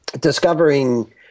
discovering